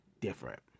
different